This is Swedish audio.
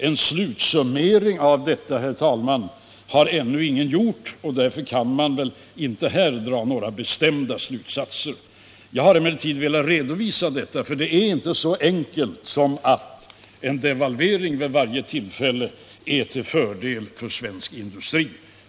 En slutsummering av detta, herr talman, har ännu ingen gjort, och därför kan man väl inte här dra några bestämda slutsatser. Jag har emellertid velat redovisa detta, för det är inte så enkelt som att en devalvering vid varje tillfälle är till fördel för svensk industri.